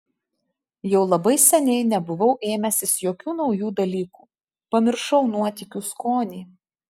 jau labai seniai nebuvau ėmęsis jokių naujų dalykų pamiršau nuotykių skonį